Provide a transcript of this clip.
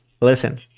listen